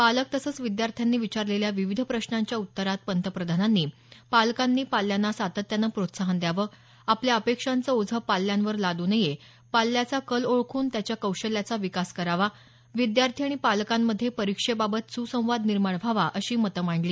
पालक तसंच विद्यार्थ्यांनी विचारलेल्या विविध प्रश्नांच्या उत्तरात पंतप्रधानांनी पालकांनी पाल्यांना सातत्यानं प्रोत्साहन द्यावं आपल्या अपेक्षांचं ओझं पाल्यांवर लाद् नये पाल्याचा कल ओळखून त्याच्या कौशल्याचा विकास करावा विद्यार्थी आणि पालकांमध्ये परीक्षेबाबत सुसंवाद निर्माण व्हावा अशी मतं मांडली